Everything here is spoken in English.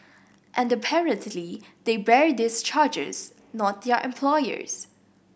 and apparently they bear these charges not their employers